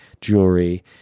jewelry